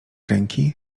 ręki